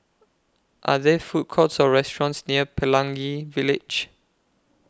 Are There Food Courts Or restaurants near Pelangi Village